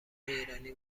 ایرانی